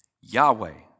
Yahweh